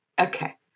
Okay